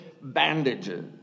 bandages